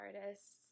artists